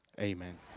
Amen